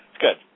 good